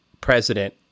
president